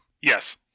Yes